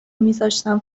میذاشتم